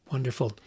Wonderful